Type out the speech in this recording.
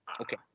Okay